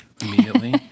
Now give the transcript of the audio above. immediately